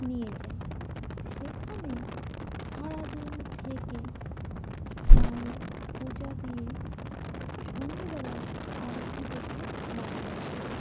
নিয়ে যায় সেখানে সারাদিন থেকে মায়ের পূজা দিয়ে সন্ধ্যেবেলা আরতি দেখে বাড়ি আসি